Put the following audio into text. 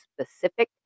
specific